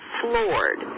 floored